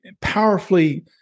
powerfully